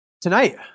Tonight